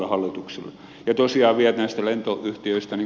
ja tosiaan vielä näistä lentoyhtiöistä